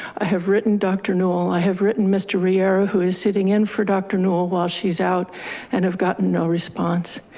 i have written dr. newell. i have written mr. rivera, who is sitting in for dr. newell while she's out and have gotten no response.